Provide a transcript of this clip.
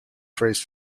phrase